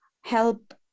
help